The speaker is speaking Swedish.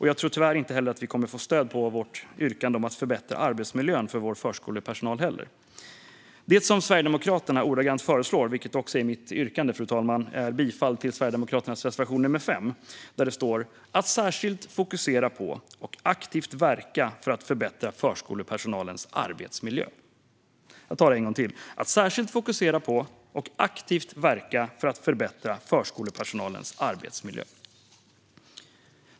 Jag tror tyvärr att vi inte heller kommer att få stöd för vårt yrkande om att förbättra arbetsmiljön för vår förskolepersonal. Det Sverigedemokraterna ordagrant föreslår - vilket också är mitt yrkande, fru talman - är bifall till Sverigedemokraternas reservation 5 i betänkandet: "att särskilt fokusera på och aktivt verka för att förbättra förskolepersonalens arbetsmiljö." Jag tar det en gång till: "att särskilt fokusera på och aktivt verka för att förbättra förskolepersonalens arbetsmiljö."